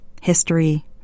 History